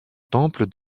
temple